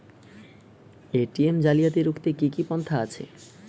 ATM জালিয়াতি রুখতে কি কি পন্থা আছে?